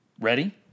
Ready